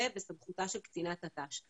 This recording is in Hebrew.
זה בסמכותה של קצינת תנאי שירות.